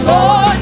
Lord